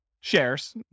shares